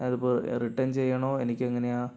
അതിപ്പോൾ റിട്ടേൺ ചെയ്യണോ എനിക്ക് എങ്ങനെയാണ്